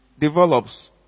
develops